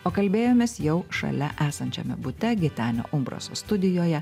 o kalbėjomės jau šalia esančiame bute gitenio umbraso studijoje